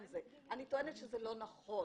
אני טוענת שזה לא נכון